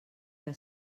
que